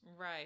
Right